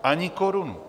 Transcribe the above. Ani korunu!